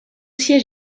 siège